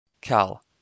Cal